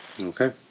okay